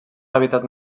hàbitats